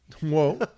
Whoa